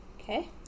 Okay